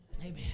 Amen